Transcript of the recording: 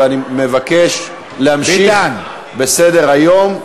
ואני מבקש להמשיך בסדר-היום,